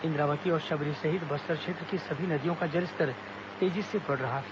इंद्रावती और शबरी सहित बस्तर क्षेत्र की सभी नदियों का जलस्तर तेजी से बढ़ रहा है